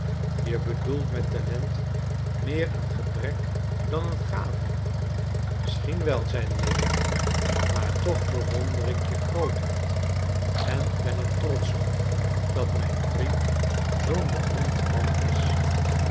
je bedoelt met talent meer een gebrek dan een gave misschien wel zeide lewin maar toch bewonder ik je grootheid en ben er trotsch op dat mijn vriend zoo'n beroemd man is